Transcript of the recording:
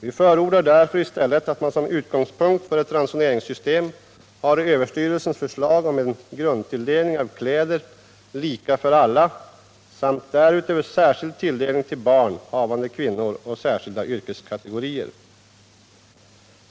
Vi förordar därför i stället att man som utgångspunkt för ett ransoneringssystem har ÖEF:s förslag om en grundtilldelning av kläder lika för alla samt därutöver särskild tilldelning till barn, havande kvinnor och särskilda yrkeskategorier.